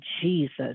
Jesus